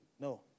No